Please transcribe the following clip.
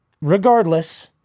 Regardless